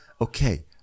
Okay